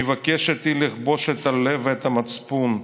מבקשת היא לכבוש את הלב ואת המצפון,